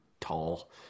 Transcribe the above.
tall